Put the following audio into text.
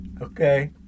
Okay